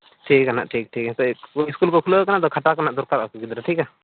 ᱴᱷᱤᱠ ᱜᱮᱭᱟ ᱱᱟᱜ ᱴᱷᱤᱠ ᱴᱷᱤᱠ ᱱᱤᱛᱳᱜ ᱥᱠᱩᱞ ᱠᱚ ᱠᱷᱩᱞᱟᱹᱣ ᱠᱟᱱᱟ ᱛᱚ ᱠᱷᱟᱛᱟ ᱠᱚ ᱱᱟᱜ ᱠᱚ ᱫᱚᱨᱠᱟᱨᱚᱜᱼᱟ ᱜᱤᱫᱽᱨᱟᱹ ᱴᱷᱤᱠᱜᱮᱭᱟ